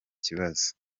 ikibazo